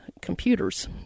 computers